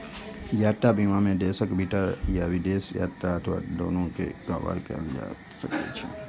यात्रा बीमा मे देशक भीतर या विदेश यात्रा अथवा दूनू कें कवर कैल जा सकै छै